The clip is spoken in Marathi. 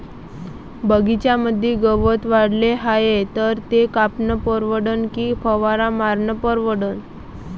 बगीच्यामंदी गवत वाढले हाये तर ते कापनं परवडन की फवारा मारनं परवडन?